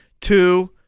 two